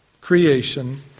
creation